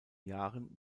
jahren